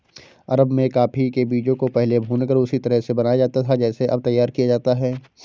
अरब में कॉफी के बीजों को पहले भूनकर उसी तरह से बनाया जाता था जैसे अब तैयार किया जाता है